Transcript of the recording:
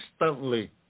instantly